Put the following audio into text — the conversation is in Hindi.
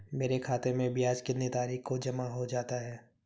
मेरे खाते में ब्याज कितनी तारीख को जमा हो जाता है?